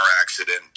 accident